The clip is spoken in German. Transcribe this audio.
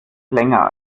länger